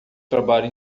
trabalho